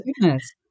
goodness